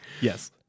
Yes